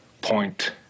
point